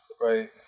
right